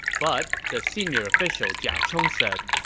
but the senior official jia chong said,